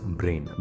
brain